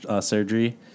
surgery